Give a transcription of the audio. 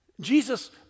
Jesus